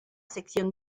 secesión